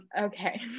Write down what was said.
Okay